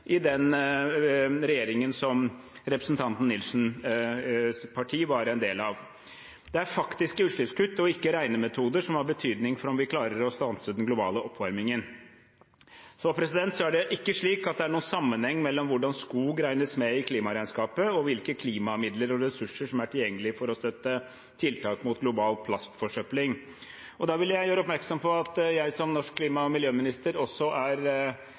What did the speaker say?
regjeringen som representanten Nilsens parti var en del av. Det er faktiske utslippskutt og ikke regnemetoder som har betydning for om vi klarer å stanse den globale oppvarmingen. Videre er det ikke slik at det er noen sammenheng mellom hvordan skog regnes med i klimaregnskapet, og hvilke klimamidler og ressurser som er tilgjengelig for å støtte tiltak mot global plastforsøpling. Jeg vil gjøre oppmerksom på at jeg som norsk klima- og miljøminister også er